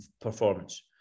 performance